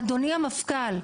אדוני המפכ"ל,